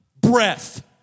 breath